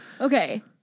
Okay